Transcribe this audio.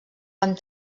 amb